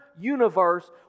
universe